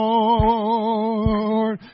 Lord